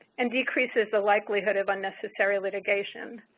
and decreases the likelihood of unnecessary litigation.